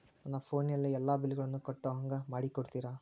ನನ್ನ ಫೋನಿನಲ್ಲೇ ಎಲ್ಲಾ ಬಿಲ್ಲುಗಳನ್ನೂ ಕಟ್ಟೋ ಹಂಗ ಮಾಡಿಕೊಡ್ತೇರಾ?